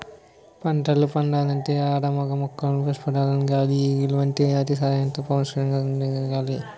పంటలు పండాలంటే ఆడ మగ మొక్కల పుప్పొడులు గాలి ఈగలు వంటి వాటి సహాయంతో సంపర్కం జరగాలి